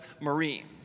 Marines